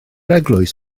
eglwys